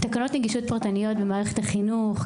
לצערי,